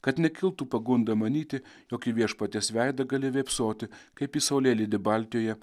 kad nekiltų pagunda manyti jog į viešpaties veidą gali vėpsoti kaip į saulėlydį baltijoje